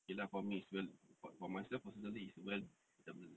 okay lah for me is for myself personally is well macam